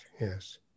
yes